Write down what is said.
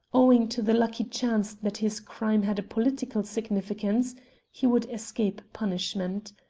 owing to the lucky chance that his crime had a political significance he would escape punishment.